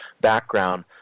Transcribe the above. background